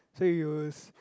so you will